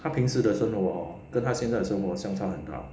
他平时的生活 hor 跟他现在生活相差很大